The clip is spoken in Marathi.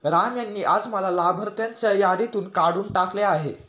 राम यांनी आज मला लाभार्थ्यांच्या यादीतून काढून टाकले आहे